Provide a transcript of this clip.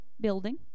building